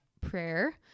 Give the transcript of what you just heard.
prayer